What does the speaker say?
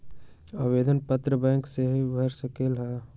आवेदन पत्र बैंक सेहु भर सकलु ह?